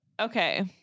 Okay